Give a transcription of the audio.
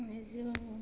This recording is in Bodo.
आंनि आंनि जिउनि